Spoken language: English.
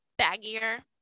baggier